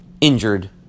injured